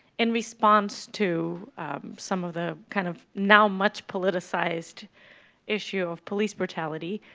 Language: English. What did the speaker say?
in response to some of the kind of now much-politicized issue of police brutality.